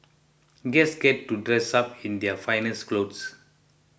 guests get to dress up in their finest clothes